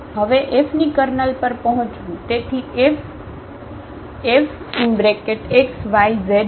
હવે Fની કર્નલ પર પહોંચવું તેથી FFxyzt0 ની કર્નલ કઈ હતી